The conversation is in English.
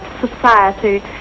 society